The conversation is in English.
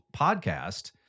podcast